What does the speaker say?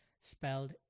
spelled